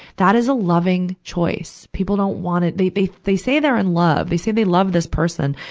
that is a loving choice. people don't want it. they they they say they're in love. they say they love this person.